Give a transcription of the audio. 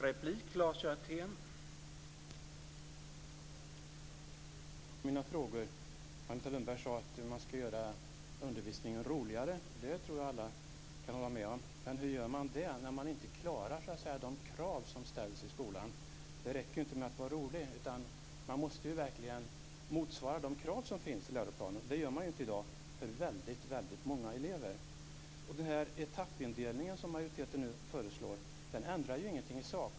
Herr talman! Jag vet inte riktigt om jag fick svar på mina frågor. Agneta Lundberg sade att man skall göra undervisningen roligare. Det tror jag att alla kan hålla med om. Men hur gör man det när man inte klarar de krav som ställs i skolan? Det räcker inte att vara rolig, utan man måste verkligen motsvara de krav som finns i läroplanen. Det gör man inte i dag för väldigt många elever. Den här etappindelningen som majoriteten nu föreslår ändrar ingenting i sak.